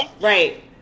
Right